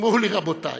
אמרו לי, רבותיי,